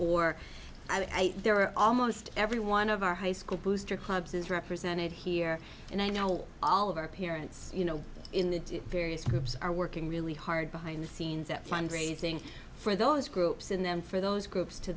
are almost every one of our high school booster clubs is represented here and i know all of our parents you know in the various groups are working really hard behind the scenes at fund raising for those groups in them for those groups to